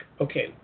okay